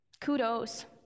Kudos